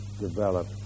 develop